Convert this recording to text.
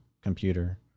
computer